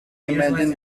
imagine